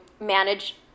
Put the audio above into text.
manage